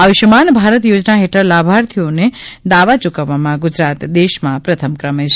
આયુષમાન ભારત યોજના હેઠળ લાભાર્થીઓને દાવા ચૂકવવામાં ગુજરાત દેશમાં પ્રથમક્રમે છે